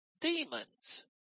demons